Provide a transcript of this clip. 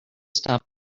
stop